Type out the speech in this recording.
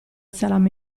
salame